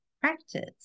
practice